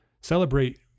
Celebrate